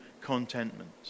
contentment